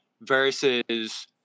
versus